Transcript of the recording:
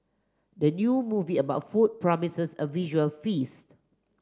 the new movie about food promises a visual feast